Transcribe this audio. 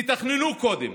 תתכננו קודם.